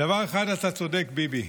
בדבר אחד אתה צודק, ביבי: